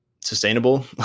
sustainable